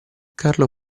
carlo